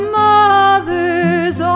mothers